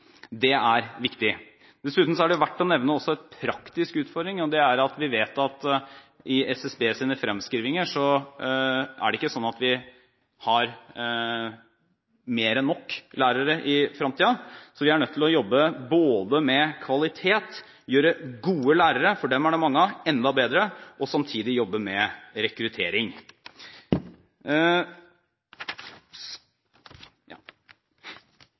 Det er viktig. Dessuten er det verdt å nevne også en praktisk utfordring. Det er at vi vet at i SSBs fremskrivninger er det ikke slik at vi har mer enn nok lærere i fremtiden, så vi er nødt til å jobbe med kvalitet, gjøre gode lærere – for dem er det mange av – enda bedre, og samtidig jobbe med rekruttering.